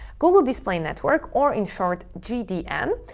google display network, or in short gdn,